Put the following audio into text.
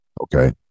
Okay